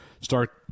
start